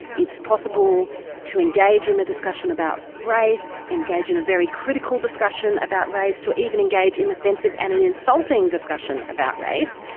it's possible to engage in a discussion about race, engage in a very critical discussion about race, to even engage in offensive and an insulting discussion about race,